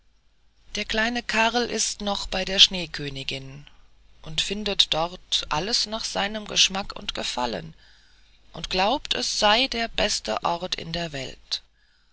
der kleine karl ist noch bei der schneekönigin und findet dort alles nach seinem geschmack und gefallen und glaubt es sei der beste ort in der welt